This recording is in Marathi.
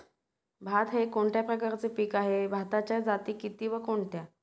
भात हे कोणत्या प्रकारचे पीक आहे? भाताच्या जाती किती व कोणत्या?